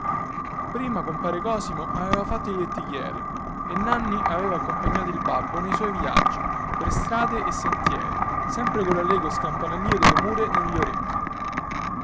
prima compare cosimo aveva fatto il lettighiere e nanni aveva accompagnato il babbo nei suoi viaggi per strade e sentieri sempre collallegro scampanellío delle mule negli orecchi